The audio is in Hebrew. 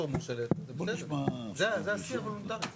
עוד